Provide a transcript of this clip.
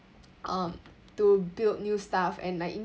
um to build new stuff and like